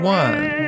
one